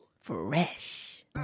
Fresh